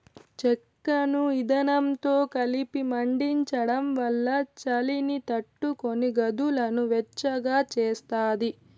చెక్కను ఇందనంతో కలిపి మండించడం వల్ల చలిని తట్టుకొని గదులను వెచ్చగా చేస్తాది